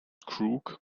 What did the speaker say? crook